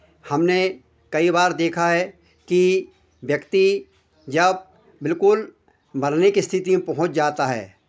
हमने कई बार देखा है कि व्यक्ति जब बिल्कुल मरने की स्थिति में पहुंच जाता है